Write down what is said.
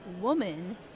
woman